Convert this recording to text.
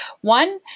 one